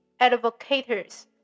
advocators